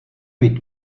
být